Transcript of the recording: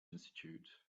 institute